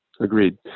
Agreed